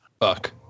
Fuck